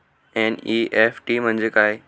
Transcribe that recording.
NEFT म्हणजे काय?